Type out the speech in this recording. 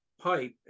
pipe